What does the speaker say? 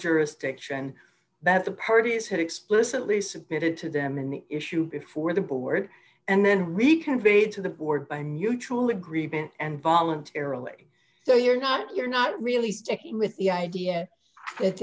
jurisdiction that the parties had explicitly submitted to them and the issue before the board and then read conveyed to the board by mutual agreement and voluntarily so you're not you're not really sticking with the idea